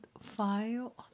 file